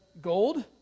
gold